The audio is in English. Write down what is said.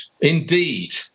indeed